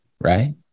right